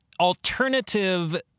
alternative